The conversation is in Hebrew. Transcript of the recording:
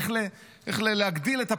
איך להגדיל את הפערים,